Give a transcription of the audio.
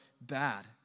bad